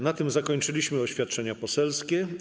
Na tym zakończyliśmy oświadczenia poselskie.